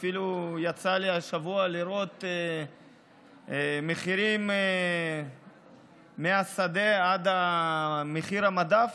ואפילו ראיתי השבוע מחירים מהשדה עד מחיר המדף,